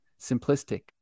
simplistic